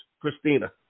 Christina